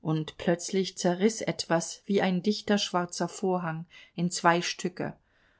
und plötzlich zerriß etwas wie ein dichter schwarzer vorhang in zwei stücke